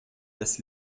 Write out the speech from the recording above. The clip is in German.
das